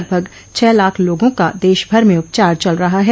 लगभग छह लाख लोगों का देश भर में उपचार चल रहा है